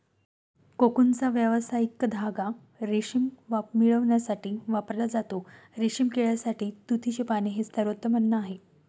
कोकूनचा व्यावसायिक धागा रेशीम मिळविण्यासाठी वापरला जातो, रेशीम किड्यासाठी तुतीची पाने हे सर्वोत्तम अन्न आहे